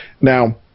Now